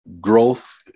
growth